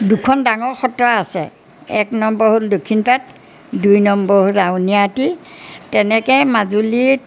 দুখন ডাঙৰ সত্ৰ আছে এক নম্বৰ হ'ল দক্ষিণ পাট দুই নম্বৰ হ'ল আউনী আটী তেনেকৈ মাজুলীত